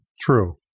true